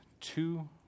two